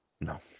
No